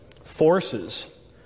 forces